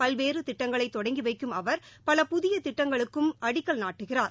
பல்வேறு திட்டங்களை தொடங்கி வைக்கும் அவர் பல புதிய திட்டங்களுக்கும் அடிக்கல் நாட்டுகிறார்